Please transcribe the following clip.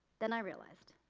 then i realized,